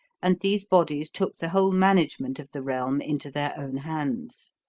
and these bodies took the whole management of the realm into their own hands.